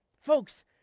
Folks